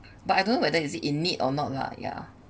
but I don't know whether is it in need or not lah ya